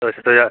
पैसठ हजार